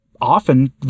Often